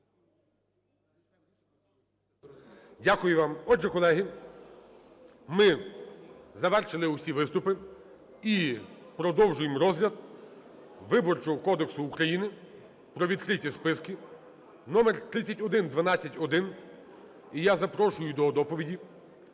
Дякую вам. Отже, колеги, ми завершили всі виступи. І продовжуємо розгляд Виборчого кодексу України про відкриті списки (номер 3112-1). І я запрошую до доповіді